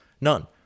None